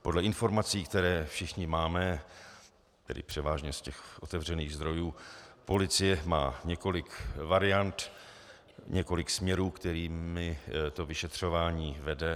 Podle informací, které všichni máme, tedy převážně z těch otevřených zdrojů, policie má několik variant, několik směrů, kterými vyšetřování vede.